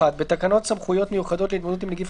תיקון תקנה 1 1. בתקנות סמכויות מיוחדות להתמודדות עם נגיף